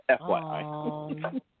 FYI